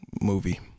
movie